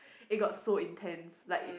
it go so intense like